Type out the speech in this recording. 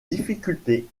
difficultés